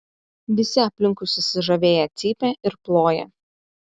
visi aplinkui susižavėję cypia ir ploja